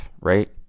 right